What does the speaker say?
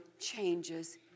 changes